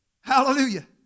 Hallelujah